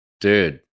Dude